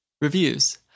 reviews